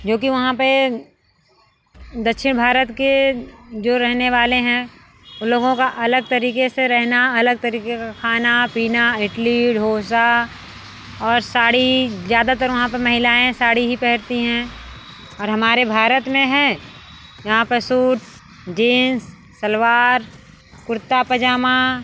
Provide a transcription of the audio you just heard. जो कि वहाँ पर दक्षिण भारत के जो रहने वाले हैं उन लोगों का अलग तरीक़े से रहना अलग तरीक़े का खाना पीना इडली डोसा और सारी ज़्यादातर वहाँ पर महिलाएँ साड़ी ही पहनती हैं और हमारे भारत में हैं यहाँ पर सूट जीन्स सलवार कुर्ता पाजामा